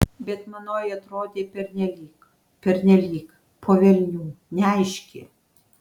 bet manoji atrodė pernelyg pernelyg po velnių neaiški